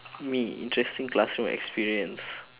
me interesting classroom experience